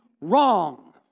wrong